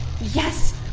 Yes